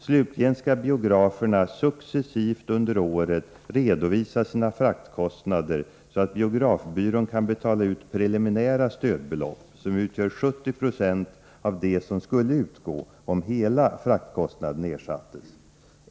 Slutligen skall biograferna successivt under året redovisa sina fraktkostnader så att biografbyrån kan betala ut preliminära stödbelopp, som utgör 70 96 av det som skulle utgå om hela fraktkostnaden ersattes.